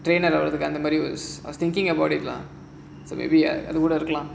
train ஆவுறதுக்கு அந்த மாதிரி:avurathukku andha maadhiri I was thinking about it lah so maybe பண்ணலாம்:pannalaam